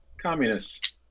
Communists